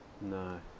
No